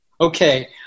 Okay